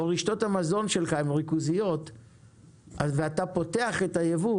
או רשתות המזון שלך הם ריכוזיות ואתה פותח את הייבוא